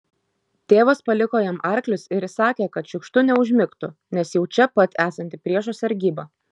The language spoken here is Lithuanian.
tėvas paliko jam arklius ir įsakė kad šiukštu neužmigtų neš jau čia pat esanti priešo sargyba